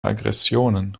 aggressionen